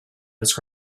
was